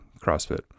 CrossFit